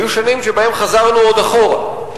היו שנים שבהן חזרנו עוד אחורה.